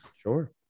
Sure